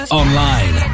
online